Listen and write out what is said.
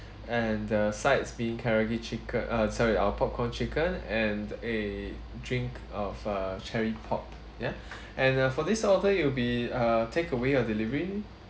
and the sides being karaage chicken uh sorry our popcorn chicken and a drink of uh cherry pop ya and uh for this order it will be uh take away or delivery